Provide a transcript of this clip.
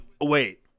wait